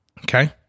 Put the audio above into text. Okay